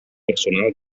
personal